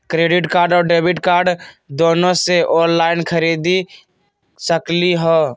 Credit card और debit card दोनों से ऑनलाइन खरीद सकली ह?